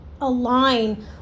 align